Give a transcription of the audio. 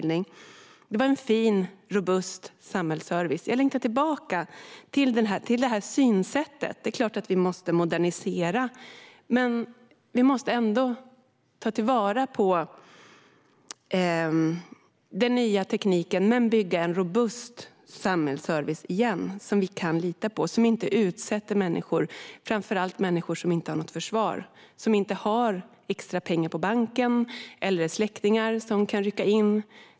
Det var en fin, robust samhällsservice. Jag längtar tillbaka till det synsättet. Det är klart att vi måste modernisera och ta till vara den nya tekniken. Men vi måste bygga en robust samhällsservice igen, som vi kan lita på och som inte utsätter människor, framför allt människor som inte har något försvar, några extra pengar på banken eller några släktingar som kan rycka in.